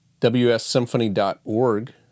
wssymphony.org